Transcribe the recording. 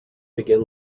begin